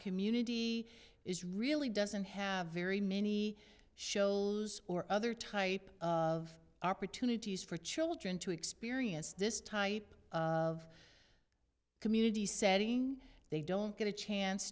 community is really doesn't have very many shows or other type of opportunities for children to experience this type of community said they don't get a chance